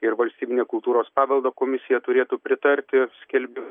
ir valstybinė kultūros paveldo komisija turėtų pritarti skelbiu